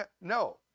No